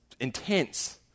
intense